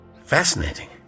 Fascinating